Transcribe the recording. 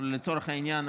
לצורך העניין,